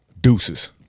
Deuces